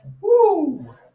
Woo